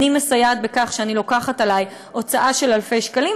אני מסייעת בכך שאני לוקחת עלי הוצאה של אלפי שקלים,